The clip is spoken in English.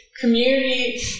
community